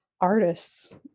artists